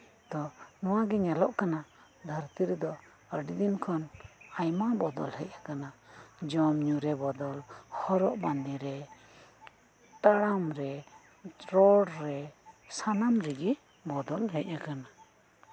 ᱛᱳ ᱱᱚᱶᱟᱜᱮ ᱧᱮᱞᱚᱜ ᱠᱟᱱᱟ ᱫᱷᱟ ᱨᱛᱤ ᱨᱮᱫᱚ ᱟᱹᱰᱤ ᱫᱤᱱ ᱠᱷᱚᱱ ᱟᱭᱢᱟ ᱵᱚᱫᱚᱞ ᱦᱮᱡ ᱟᱠᱟᱱᱟ ᱡᱚᱢ ᱧᱩᱨᱮ ᱵᱚᱫᱚᱞ ᱦᱚᱨᱚᱜ ᱵᱟᱸᱫᱮᱨᱮ ᱛᱟᱲᱟᱢᱨᱮ ᱨᱚᱲᱨᱮ ᱥᱟᱱᱟᱢ ᱨᱮᱜᱮ ᱵᱚᱫᱚᱞ ᱦᱮᱡ ᱟᱠᱟᱱᱟ